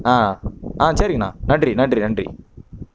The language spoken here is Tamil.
ஆ ஆ சரிங்கண்ணா நன்றி நன்றி நன்றி